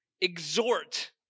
Exhort